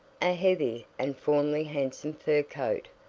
a heavy, and formerly handsome fur coat,